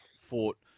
fought